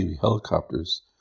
helicopters